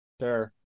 sure